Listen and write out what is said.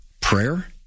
prayer